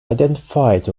identified